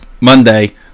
Monday